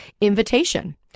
invitation